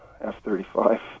F-35